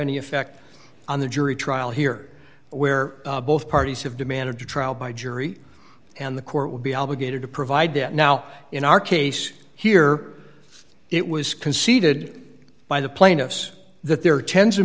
any effect on the jury trial here where both parties have demanded to trial by jury and the court would be obligated to provide that now in our case here it was conceded by the plaintiffs that there are tens of